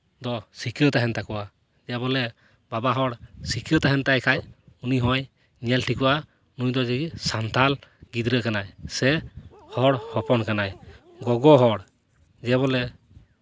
ᱵᱟᱵᱟ ᱦᱚᱲ ᱫᱚ ᱥᱤᱸᱠᱟᱹ ᱛᱟᱦᱮᱱ ᱛᱟᱠᱚᱣᱟ ᱡᱮ ᱵᱚᱞᱮ ᱵᱟᱵᱟ ᱦᱚᱲ ᱥᱤᱸᱠᱟᱹ ᱛᱟᱦᱮᱱ ᱛᱟᱭ ᱠᱷᱟᱡ ᱩᱱᱤ ᱦᱚᱸᱭ ᱧᱮᱞ ᱴᱷᱤᱠᱚᱜᱼᱟ ᱱᱩᱭ ᱡᱮ ᱥᱟᱱᱛᱟᱲ ᱜᱤᱫᱽᱨᱟᱹ ᱠᱟᱱᱟᱭ ᱥᱮ ᱦᱚᱲ ᱦᱚᱯᱚᱱ ᱠᱟᱱᱟᱭ ᱜᱚᱜᱚ ᱦᱚᱲ ᱡᱮ ᱵᱚᱞᱮ